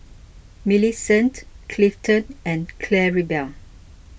Millicent Clifton and Claribel